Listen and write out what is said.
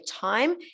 time